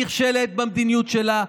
נכשלת במדיניות שלה.